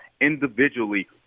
individually